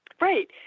Right